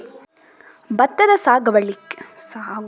ಭತ್ತದ ಸಾಗುವಳಿಗೆ ನೀರಾವರಿ ವ್ಯವಸ್ಥೆ ಅಗತ್ಯ ಇದೆಯಾ?